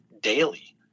daily